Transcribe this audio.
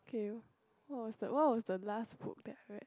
K what was the what was the last book that I read